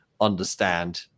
understand